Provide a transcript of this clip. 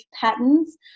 patterns